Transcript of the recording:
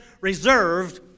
reserved